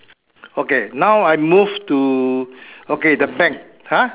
okay now I move to okay the bank !huh!